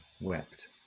wept